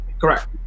Correct